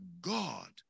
God